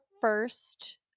first